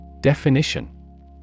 Definition